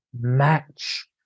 match